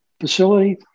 facility